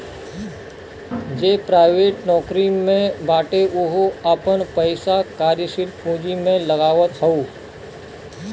जे प्राइवेट नोकरी में बाटे उहो आपन पईसा कार्यशील पूंजी में लगावत हअ